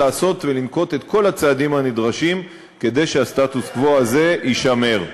ולעשות ולנקוט את כל הצעדים הנדרשים כדי שהסטטוס-קוו הזה יישמר.